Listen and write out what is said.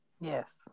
yes